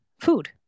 food